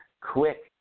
quick